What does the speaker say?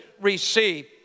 receive